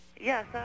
Yes